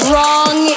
Wrong